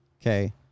Okay